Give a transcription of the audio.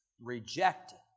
rejected